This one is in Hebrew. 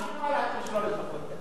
אז בשביל מה, בשביל מה לשלול אזרחות בכלל?